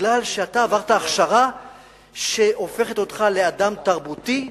משום שאתה עברת הכשרה שהופכת אותך לאדם תרבותי,